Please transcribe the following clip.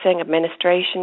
administration